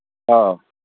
ꯑꯥꯎ